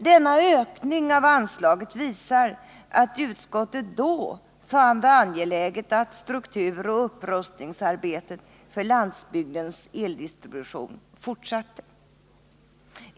Denna ökning av anslaget visar att hetsområde utskottet då fann det angeläget att strukturoch upprustningsarbetet för landsbygdens eldistribution fortsatte.